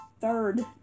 third